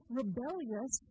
rebellious